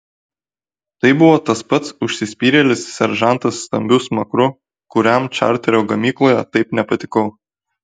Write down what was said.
tai buvo tas pats užsispyrėlis seržantas stambiu smakru kuriam čarterio gamykloje taip nepatikau